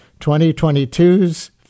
2022's